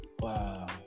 wow